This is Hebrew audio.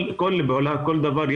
כל דבר,